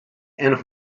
and